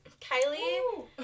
Kylie